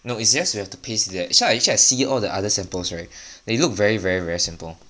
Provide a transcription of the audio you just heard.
no it's just you have to paste that act~ actually I see all the other samples right they look very very very simple